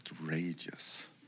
outrageous